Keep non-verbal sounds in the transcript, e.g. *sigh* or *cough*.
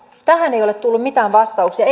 tähän ei ole tullut mitään vastauksia *unintelligible*